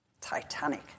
Titanic